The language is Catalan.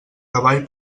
cavall